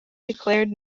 declared